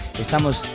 Estamos